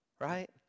Right